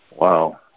Wow